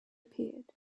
appeared